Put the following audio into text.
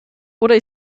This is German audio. oder